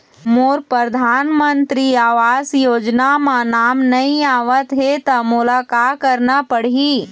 मोर परधानमंतरी आवास योजना म नाम नई आत हे त मोला का करना पड़ही?